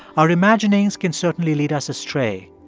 our imaginations can certainly lead us astray,